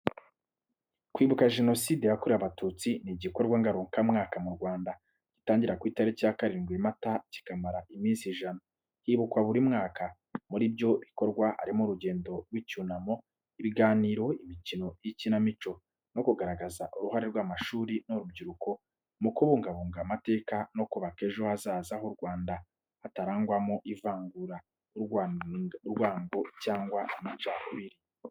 Kwibuka Jenoside yakorewe Abatutsi ni igikorwa ngarukamwaka mu Rwanda gitangira ku itariki ya karindwi Mata kikamara iminsi ijana, hibukwa buri mwaka. Muri ibyo bikorwa harimo urugendo rw’icyunamo, ibiganiro, imikino y’ikinamico, no kugaragaza uruhare rw’amashuri n’urubyiruko mu kubungabunga amateka no kubaka ejo hazaza h’u Rwanda hatarangwamo ivangura, urwango cyangwa amacakubiri.